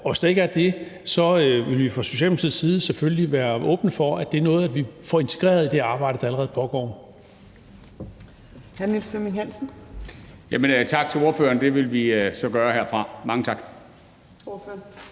Og hvis der ikke er det, vil vi fra Socialdemokratiets side selvfølgelig være åbne for, at det er noget, som vi kan få integreret i det arbejde, der allerede pågår.